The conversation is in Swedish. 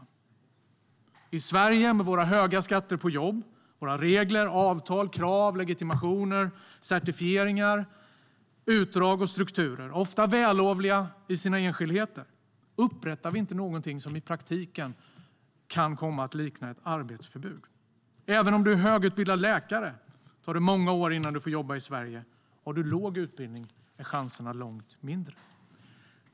Upprättar vi inte i Sverige någonting som i praktiken kan komma att likna ett arbetsförbud med våra höga skatter på jobb, våra regler, avtal, krav, legitimationer, certifieringar, utdrag och strukturer, som ofta är vällovliga i sina enskildheter? Även om du är högutbildad läkare tar det många år innan du får jobba i Sverige. Har du låg utbildning är chanserna långt mindre.